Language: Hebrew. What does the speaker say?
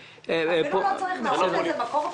אפילו לא צריך להראות לזה מקור תקציבי.